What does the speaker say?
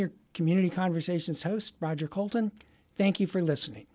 your community conversations host roger coulton thank you for listening